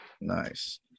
nice